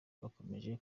bakomeje